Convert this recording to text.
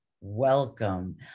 Welcome